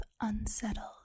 unsettled